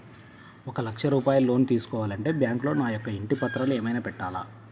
ఒక లక్ష రూపాయలు లోన్ తీసుకోవాలి అంటే బ్యాంకులో నా యొక్క ఇంటి పత్రాలు ఏమైనా పెట్టాలా?